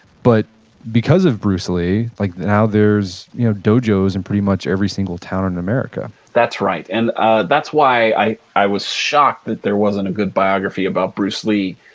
but because of bruce lee, like now there's you know dojos in pretty much every single town and in america that's right. and ah that why i i was shocked that there wasn't a good biography about bruce lee.